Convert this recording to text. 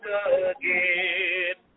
again